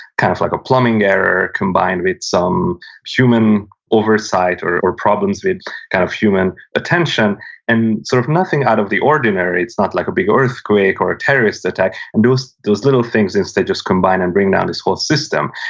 kind of like a plumbing error combined with some human oversight or or problems with kind of human attention and sort of nothing out of the ordinary. it's not like a big earthquake or a terrorist attack. and those those little things, they just combine and bring down this whole system,